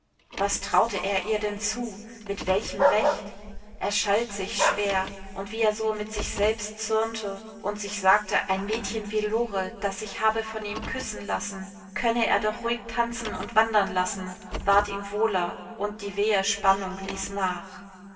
was traute er ihr denn zu mit welchem recht er schalt sich schwer und wie er so mit sich selbst zürnte und sich sagte ein mädchen wie lore das sich habe von ihm küssen lassen könne er doch ruhig tanzen und wandern lassen ward ihm wohler und die wehe spannung ließ nach